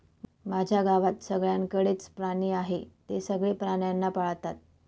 माझ्या गावात सगळ्यांकडे च प्राणी आहे, ते सगळे प्राण्यांना पाळतात